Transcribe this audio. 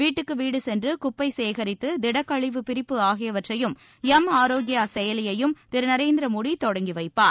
வீட்டுக்கு வீடு சென்று குப்பை சேகரித்து திடக்கழிவு பிரிப்பு ஆகியவற்றையும் எம் ஆரோக்கியா செயலியையும் திரு நரேந்திர மோடி தொடங்கி வைப்பார்